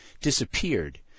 disappeared